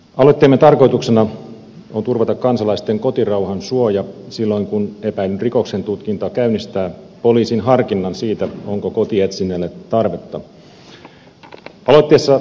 aloitteemme tarkoituksena on turvata kansalaisten kotirauhan suoja silloin kun epäillyn rikoksen tutkinta käynnistää poliisin harkinnan siitä onko kotietsinnän tarvetta